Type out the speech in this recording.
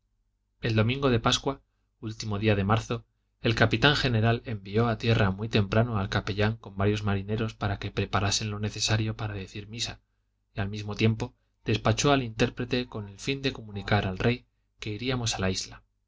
el domingo de pascua último día de marzo el capitán general envió a tierra muy temprano al capellán con varios marineros para que preparasen lo necesario para decir misa y al mismo tiempo despachó al intérprete con el fin de comunicar al rey que iríamos a la isla no